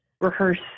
rehearse